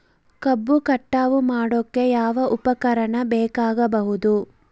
ಕಬ್ಬು ಕಟಾವು ಮಾಡೋಕೆ ಯಾವ ಉಪಕರಣ ಬೇಕಾಗಬಹುದು?